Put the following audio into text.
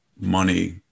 money